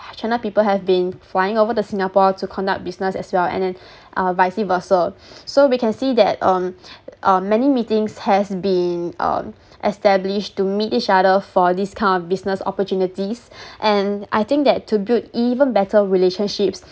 china people have been flying over to singapore to conduct business as well and then uh vice versa so we can see that um uh many meetings has been um established to meet each other for this kind of business opportunities and I think that to build even better relationships